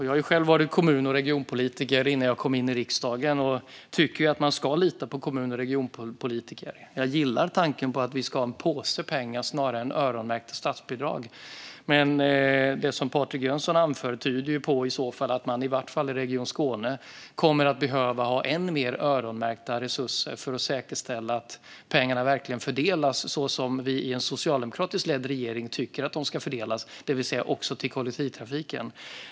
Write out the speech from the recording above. Jag har själv varit kommun och regionpolitiker innan jag kom in i riksdagen och tycker att man ska lita på kommun och regionpolitiker. Jag gillar tanken på en påse pengar snarare än öronmärkta statsbidrag. Det Patrik Jönsson anför tyder på att man i varje fall i Region Skåne kommer att behöva ha än mer öronmärkta resurser för att vi ska säkerställa att pengarna verkligen fördelas så som vi i en socialdemokratiskt ledd regering tycker att de ska fördelas, det vill säga också till kollektivtrafiken.